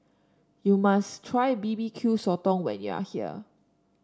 you must try B B Q Sotong when you are here